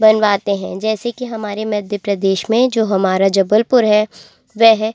बनवाते हैं जैसे कि हमारे मध्य प्रदेश में जो हमारा जबलपुर है वह